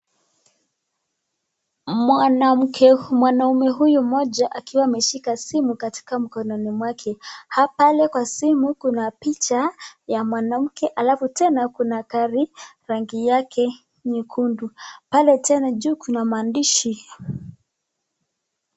Mwanamke, mwanaume huyu mmoja akiwa ameshika simu katika mkononi mwake pale kwa simu kuna picha ya mwanamke alafu tena kuna gari rangi yake nyekundu. Pale tena juu kuna maandishi.